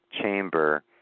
chamber